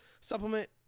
Supplement